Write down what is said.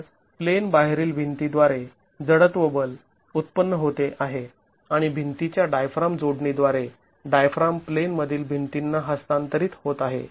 तर प्लेन बाहेरील भिंती द्वारे जडत्व बल उत्पन्न होते आहे आणि भिंती च्या डायफ्राम जोडणी द्वारे डायफ्राम प्लेन मधील भिंतींना हस्तांतरीत होत आहे